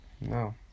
No